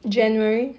january